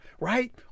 right